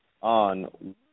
on